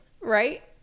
right